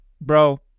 Bro